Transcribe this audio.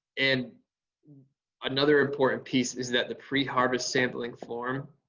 and another important piece is that the pre-harvest sampling form